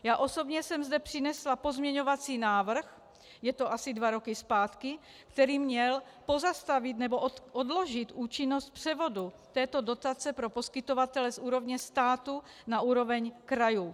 Já osobně jsem zde přinesla pozměňovací návrh, je to asi dva roky zpátky, který měl pozastavit nebo odložit účinnost převodu této dotace pro poskytovatele z úrovně státu na úroveň krajů.